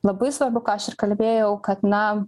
labai svarbu ką aš ir kalbėjau kad na